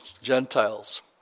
Gentiles